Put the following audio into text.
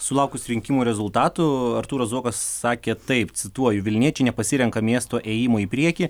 sulaukus rinkimų rezultatų artūras zuokas sakė taip cituoju vilniečiai nepasirenka miesto ėjimo į priekį